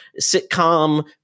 sitcom